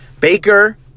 Baker